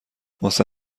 واسه